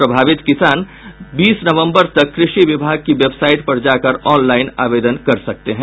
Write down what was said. प्रभावित किसान बीस नवम्बर तक कृषि विभाग की वेबसाईट पर जाकर ऑनलाइन आवेदन कर सकते हैं